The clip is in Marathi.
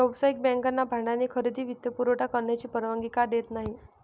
व्यावसायिक बँकांना भाड्याने खरेदी वित्तपुरवठा करण्याची परवानगी का देत नाही